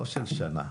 לא של שנה.